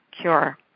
Cure